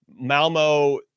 Malmo